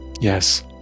Yes